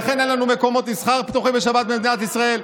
ולכן אין לנו מקומות מסחר פתוחים בשבת במדינת ישראל,